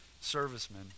Servicemen